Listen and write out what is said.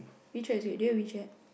WeChat is great do you have WeChat